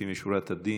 לפנים משורת הדין.